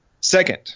Second